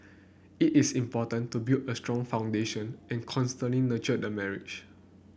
it is important to build a strong foundation and constantly nurture the marriage